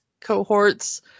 cohorts